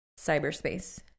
Cyberspace